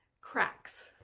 cracks